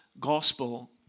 gospel